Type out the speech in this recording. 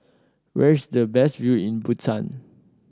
where is the best view in Bhutan